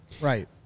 Right